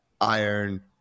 iron